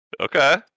Okay